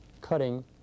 cutting